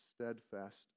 steadfast